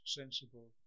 sensible